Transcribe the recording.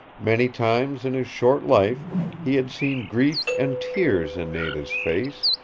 many times in his short life he had seen grief and tears in nada's face,